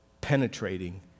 penetrating